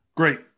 Great